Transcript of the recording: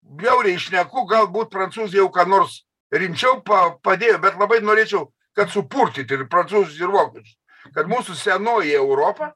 bjauriai šneku galbūt prancūzija jau ką nors rimčiau pa padėjo bet labai norėčiau kad supurtyt ir prancūzus ir vokiečius kad mūsų senoji europa